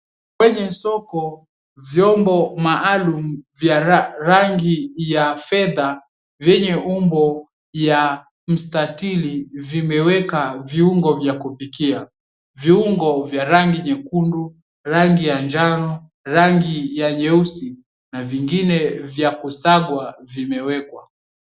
Kwenye soko vyombo maalamu vya rangi ya fedha venye umbo ya mstatili vimeweka viungo vya kupikia, viungo vya rangi nyekundu, rangi ya njano, rangi ya nyeusi na vingine vya kusagwa vimewekwa.